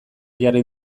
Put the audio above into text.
jarri